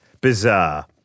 Bizarre